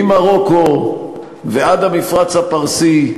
ממרוקו ועד המפרץ הפרסי,